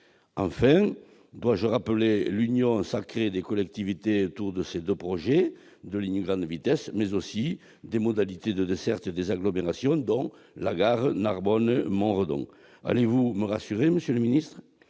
Enfin, dois-je rappeler l'union sacrée des collectivités autour non seulement de ces deux projets de ligne à grande vitesse, mais aussi des modalités de desserte des agglomérations, dont la gare de Narbonne-Montredon. Allez-vous me rassurer, monsieur le secrétaire